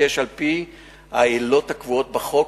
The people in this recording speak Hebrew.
מתבקש על-פי העילות הקבועות בחוק,